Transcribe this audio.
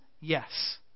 Yes